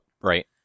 Right